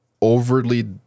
overly